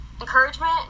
encouragement